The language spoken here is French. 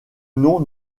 nom